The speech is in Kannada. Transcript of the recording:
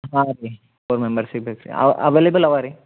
ಹಾಂ ರೀ ಫೋರ್ ಮೆಂಬರ್ಸ್ ಇದ್ದಿವಿ ರೀ ಅವೆಲೆಬಲ್ ಅವೆ ರೀ